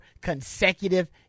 consecutive